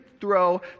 throw